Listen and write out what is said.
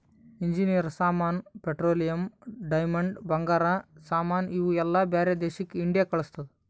engineer ಸಾಮಾನ್, petroleum, diamond, ಬಂಗಾರ ಸಾಮಾನ್ ಇವು ಎಲ್ಲಾ ಬ್ಯಾರೆ ದೇಶಕ್ ಇಂಡಿಯಾ ಕಳುಸ್ತುದ್